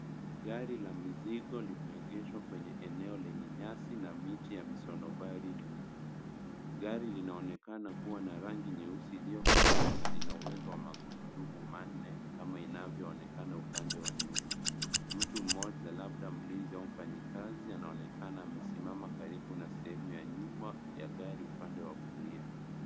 Gari la mizigo limeegeshwa kwenye eneo lenye nyasi na miti ya misonobari nyuma. Gari linaonekana kuwa na rangi nyeusi iliyokolea na lina uwezo wa magurudumu manne kama inavyoonekana upande wa nyuma. Mtu mmoja labda mlinzi au mfanyikazi anaonekana amesimama karibu na sehemu ya nyuma ya gari upande wa kulia.